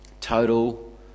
Total